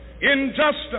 injustice